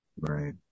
Right